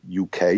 UK